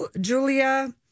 Julia